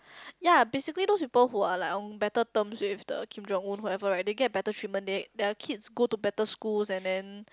ya basically those people who are like on better terms with the Kim Jong Un whoever right they get better treatment they their kids go to better schools and then